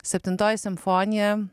septintoji simfonija